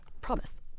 Promise